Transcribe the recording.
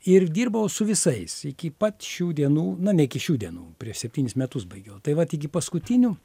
ir dirbau su visais iki pat šių dienų na ne iki šių dienų prieš septynis metus baigiau tai vat iki paskutinių